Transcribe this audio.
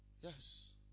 Yes